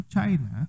China